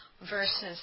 versus